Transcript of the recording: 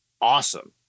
awesome